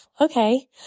okay